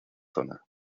zona